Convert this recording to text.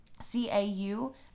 c-a-u